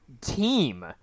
team